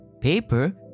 paper